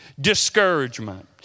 Discouragement